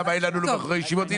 שם אין לבחורי ישיבות.